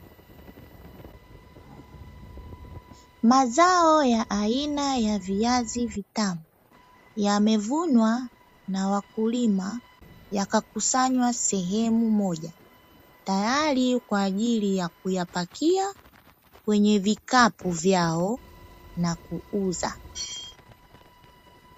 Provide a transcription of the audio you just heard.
Mazao ya aina ya viazi vitamu, yamevunwa na wakulima yakakusanywa sehemu moja tayari kwa ajili ya kuyapakia kwenye vikapu vyao na kuuza.